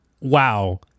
Wow